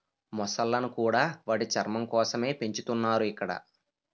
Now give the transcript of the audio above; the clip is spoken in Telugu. మొసళ్ళను కూడా వాటి చర్మం కోసమే పెంచుతున్నారు ఇక్కడ